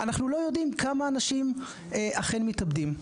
אנחנו לא יודעים כמה אנשים אכן מתאבדים,